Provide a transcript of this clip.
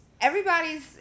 Everybody's